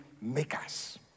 makers